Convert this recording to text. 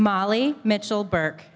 molly mitchell burke